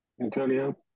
Antonio